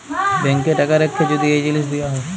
ব্যাংকে টাকা রাখ্যে যদি এই জিলিস দিয়া হ্যয়